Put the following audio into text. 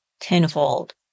tenfold